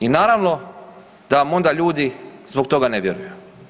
I naravno da mu onda ljudi zbog toga ne vjeruju.